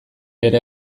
ere